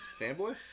Fanboy